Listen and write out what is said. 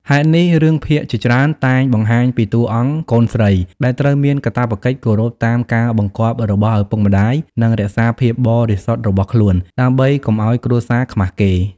ហេតុនេះ រឿងភាគជាច្រើនតែងបង្ហាញពីតួអង្គកូនស្រីដែលត្រូវមានកាតព្វកិច្ចគោរពតាមការបង្គាប់របស់ឪពុកម្តាយ និងរក្សាភាពបរិសុទ្ធរបស់ខ្លួនដើម្បីកុំឱ្យគ្រួសារខ្មាសគេ។